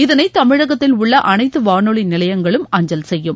இதனை தமிழகத்தில் உள்ள அனைத்து வானொலி நிலையங்களும் அஞ்சல் செய்யும்